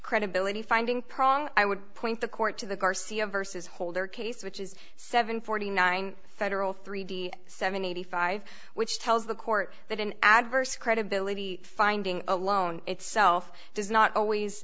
credibility finding prong i would point the court to the garcia versus holder case which is seven forty nine federal three d seven eighty five which tells the court that an adverse credibility finding alone itself does not always